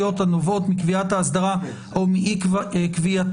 "הנובעות מקביעת האסדרה או מאי־קביעתה,